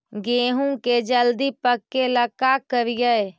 गेहूं के जल्दी पके ल का करियै?